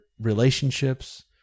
relationships